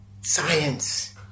science